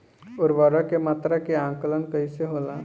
उर्वरक के मात्रा के आंकलन कईसे होला?